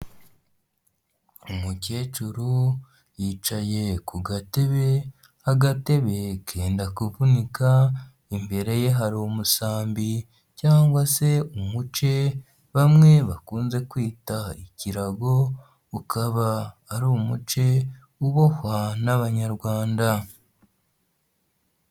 Umukecuru yicaye ku gatebe, agatebe kendanda kuvunika, imbere ye hari umusambi cyangwa se umuce, bamwe bakunze kwita ikirago, ukaba ari umuce ubohwa n'Abanyarwanda.